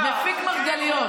מפיק מרגליות.